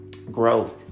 growth